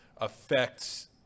affects –